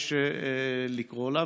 יש לקרוא לה,